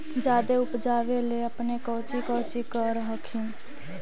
जादे उपजाबे ले अपने कौची कौची कर हखिन?